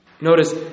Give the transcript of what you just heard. Notice